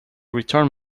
return